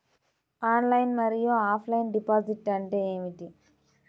Online మరియు offline deposit అంటే ఏమిటి?